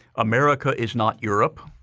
america is not europe.